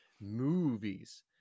Movies